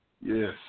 Yes